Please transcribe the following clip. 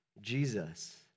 Jesus